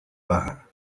baja